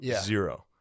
zero